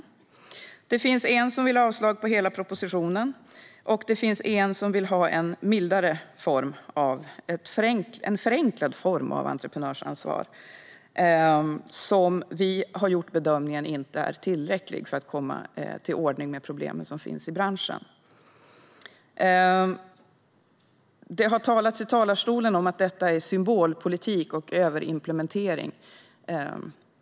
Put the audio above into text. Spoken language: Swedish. I en reservation yrkas det avslag på hela propositionen, och i en annan vill man ha en förenklad form av entreprenörsansvar. Vi har gjort bedömningen att den inte är tillräcklig för att man ska komma till rätta med de problem som finns i branschen. Från talarstolen här har det sagts att detta är symbolpolitik och överimplementering.